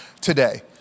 today